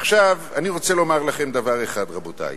עכשיו אני רוצה לומר לכם דבר אחד, רבותי: